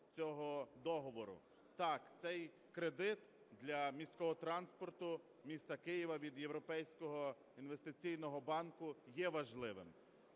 Так, цей кредит для міського транспорту міста Києва від Європейського інвестиційного банку є важливим.